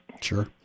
Sure